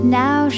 now